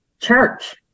church